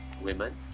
women